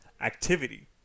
activity